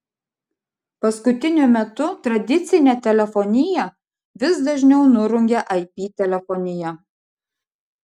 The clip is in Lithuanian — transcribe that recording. paskutiniu metu tradicinę telefoniją vis dažniau nurungia ip telefonija